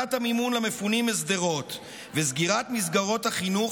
הפסקת המימון למפונים משדרות וסגירת מסגרות החינוך